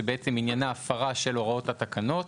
שעניינה הפרה של הוראות התקנות,